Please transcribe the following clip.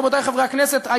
רבותי חברי הכנסת,